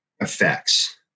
effects